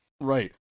Right